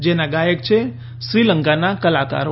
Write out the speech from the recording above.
જેના ગાયક છે શ્રીલંકાના કલાકારો